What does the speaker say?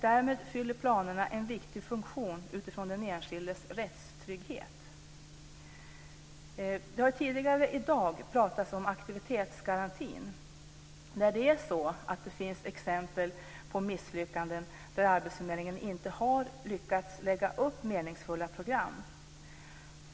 Därmed fyller planerna en viktig funktion utifrån den enskildes rättstrygghet. Det har tidigare i dag pratats om aktivitetsgarantin. Det finns exempel på misslyckanden där arbetsförmedlingen inte har lyckats lägga upp meningsfulla program.